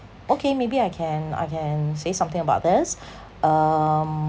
okay maybe I can I can say something about this um